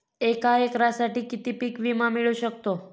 एका एकरसाठी किती पीक विमा मिळू शकतो?